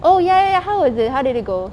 oh ya ya how is it how did it go